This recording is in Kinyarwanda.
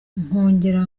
nkongera